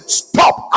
stop